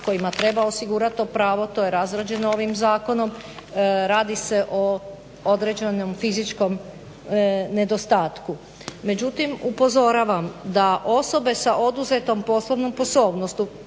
kojima treba osigurati to pravo, to je razrađeno ovim zakonom. Radi se o određenom fizičkom nedostatku. Međutim, upozoravam da osobe sa oduzetom poslovnom sposobnošću